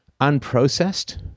unprocessed